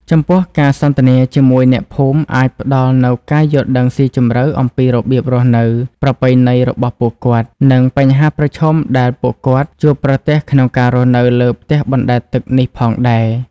ចំពោះ ការសន្ទនាជាមួយអ្នកភូមិអាចផ្ដល់នូវការយល់ដឹងស៊ីជម្រៅអំពីរបៀបរស់នៅ ប្រពៃណីរបស់ពួកគាត់ និងបញ្ហាប្រឈមដែលពួកគាត់ជួបប្រទះក្នុងការរស់នៅលើផ្ទះបណ្តែតទឹកនេះផងដែរ។